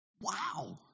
Wow